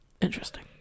Interesting